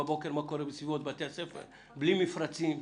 בבוקר בסביבות בתי הספר כשאין מפרצים.